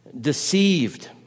deceived